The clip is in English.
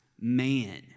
man